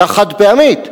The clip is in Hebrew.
שהיתה חד-פעמית,